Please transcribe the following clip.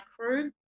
crew